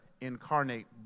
incarnate